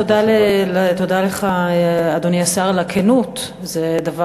תודה לך, אדוני השר, על הכנות.